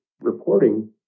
reporting